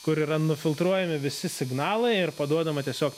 kur yra nufiltruojami visi signalai ir paduodama tiesiog